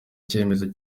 icyemezo